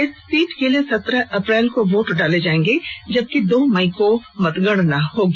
इस सीट के लिए सत्रह अप्रैल को वोट डाले जाएंगे जबकि दो मई को मतगणना होगी